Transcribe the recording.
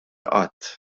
qatt